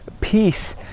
peace